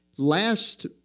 Last